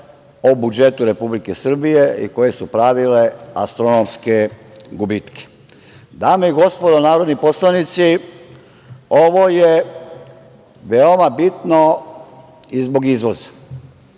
o budžetu Republike Srbije i koje su pravile astronomske gubitke. Dame i gospodo narodni poslanici, ovo je veoma bitno i zbog izvoza.